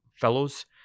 fellows